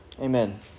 Amen